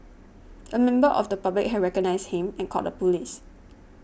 a member of the public had recognised him and called the police